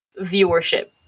viewership